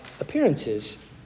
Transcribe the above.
appearances